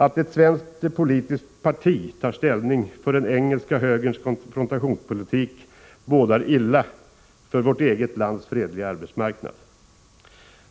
Att ett svenskt politiskt parti tar ställning för den engelska högerns konfrontationspolitik bådar illa för vårt eget lands fredliga arbetsmarknad.